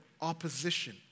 opposition